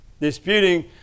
Disputing